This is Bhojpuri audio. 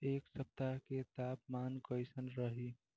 एह सप्ताह के तापमान कईसन रही?